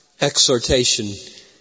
exhortation